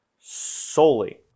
solely